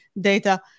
data